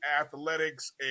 athletics